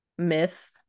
Myth